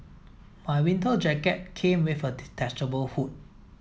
my winter jacket came with a detachable hood